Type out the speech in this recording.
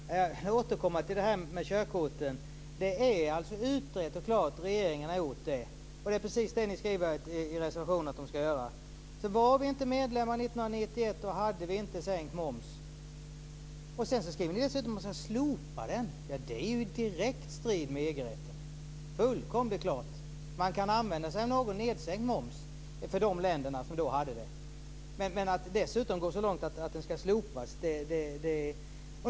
Fru talman! Jag återkommer till frågan om körkorten. Det är utrett och klart. Regeringen har gjort det. Det är precis det ni skriver i reservationen att regeringen ska göra. Vi var inte medlemmar år 1991, och vi hade inte sänkt moms. Ni skriver dessutom att momsen ska slopas. Det är i direkt strid med EG-rätten. Det är fullkomligt klart. De länder som då hade det kan använda sig av en något sänkt moms. Men det går inte att gå så långt som att den ska slopas.